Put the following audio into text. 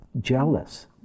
jealous